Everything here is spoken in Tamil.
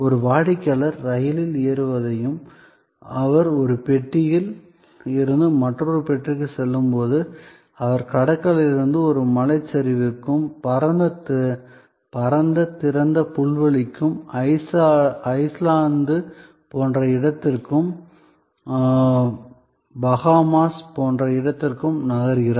ஒரு வாடிக்கையாளர் ரயிலில் ஏறுவதையும் அவர் ஒரு பெட்டியில் இருந்து மற்றொரு பெட்டிக்குச் செல்லும் போது அவர் கடற்கரையிலிருந்து ஒரு மலைச் சரிவுக்கும் பரந்த திறந்த புல்வெளிகளுக்கும் ஐஸ்லாந்து போன்ற இடத்திற்கும் பஹாமாஸ் போன்ற இடத்திற்கும் நகர்கிறார்